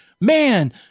man